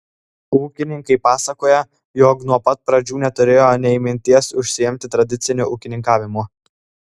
ūkininkai pasakoja jog nuo pat pradžių neturėjo nė minties užsiimti tradiciniu ūkininkavimu